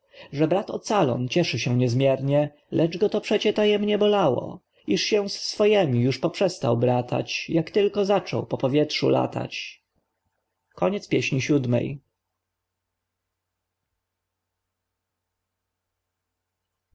że brat ocalon cieszy się niezmiernie lecz go to przecie tajemnie bolało iż się z swojemi już poprzestał bratać jak tylko zaczął po powietrzu latać